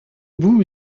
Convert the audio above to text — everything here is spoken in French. bout